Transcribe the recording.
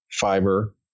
fiber